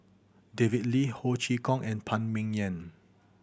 David Lee Ho Chee Kong and Phan Ming Yen